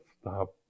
stop